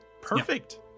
Perfect